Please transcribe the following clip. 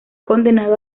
condenado